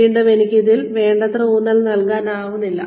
വീണ്ടും എനിക്ക് ഇതിൽ വേണ്ടത്ര ഊന്നൽ നൽകാനാവില്ല